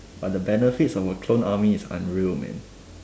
but the benefits of a clone army is unreal man